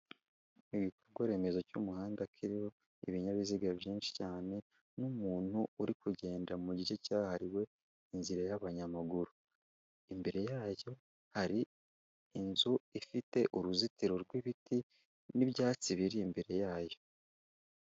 Igikorwaremezo cy'umuhanda kiriho ibinyabiziga byinshi cyane n'umuntu uri kugenda mu gice cyahariwe inzira y'abanyamaguru, imbere yayo hari inzu ifite uruzitiro rw'ibiti n'ibyatsi biri imbere yayo.